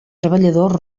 treballador